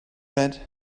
red